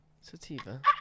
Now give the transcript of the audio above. Sativa